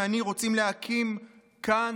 ואני רוצים להקים כאן,